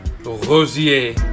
Rosier